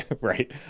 right